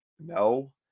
no